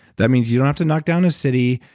that means you don't have to knock down a city,